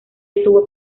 estuvo